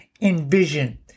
envision